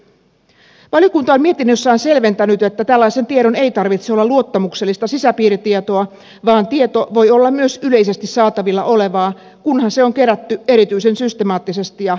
valiokunta on mietinnössään selventänyt että tällaisen tiedon ei tarvitse olla luottamuksellista sisäpiiritietoa vaan tieto voi olla myös yleisesti saatavilla olevaa kunhan se on kerätty erityisen systemaattisesti ja järjestelmällisesti